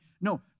No